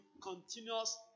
continuous